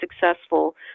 successful